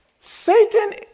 Satan